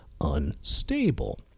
unstable